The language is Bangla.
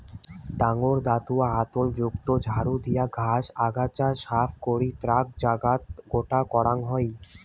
ডাঙর দাতুয়া হাতল যুক্ত ঝাড়ু দিয়া ঘাস, আগাছা সাফ করি এ্যাক জাগাত গোটো করাং হই